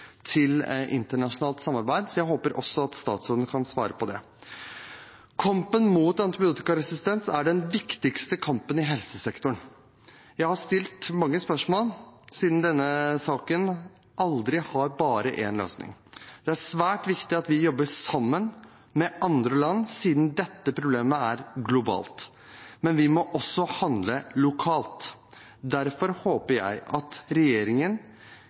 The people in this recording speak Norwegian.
til internasjonalt samarbeid, så jeg håper også at statsråden kan svare på det. Kampen mot antibiotikaresistens er den viktigste kampen i helsesektoren. Jeg har stilt mange spørsmål, siden denne saken aldri har bare én løsning. Det er svært viktig at vi jobber sammen med andre land, siden dette problemet er globalt. Men vi må også handle lokalt. Derfor håper jeg at regjeringen